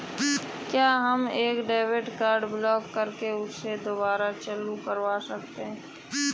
क्या हम एक डेबिट कार्ड ब्लॉक करके उसे दुबारा चालू करवा सकते हैं?